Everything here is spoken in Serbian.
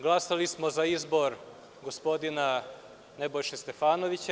Glasali smo za izbor gospodina Nebojše Stefanovića.